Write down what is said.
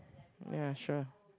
ya sure